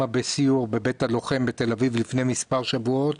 בסיור בבית הלוחם בתל אביב לפני מספר שבועות,